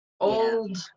old